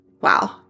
Wow